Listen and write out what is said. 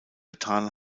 getan